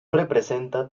representa